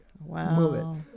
wow